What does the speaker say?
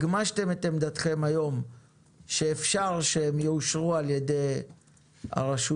הגמשתם את עמדתכם היום שאפשר שהם יאושרו על ידי הרשות.